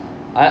I